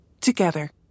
together